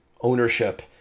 ownership